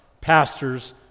pastor's